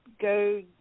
go